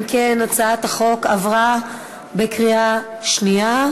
אם כן, הצעת החוק עברה בקריאה שנייה,